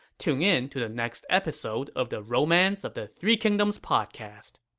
tune in to the next episode of the romance of the three kingdoms podcast.